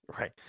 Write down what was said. right